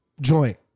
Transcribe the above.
joint